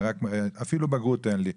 אפילו בגרות אין לי,